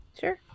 Sure